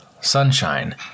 sunshine